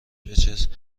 بچسب